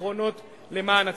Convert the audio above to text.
האחרונות למען הציבור.